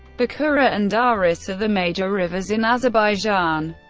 the kura and aras are the major rivers in azerbaijan,